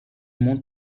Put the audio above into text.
monde